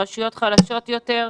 רשויות חלשות יותר,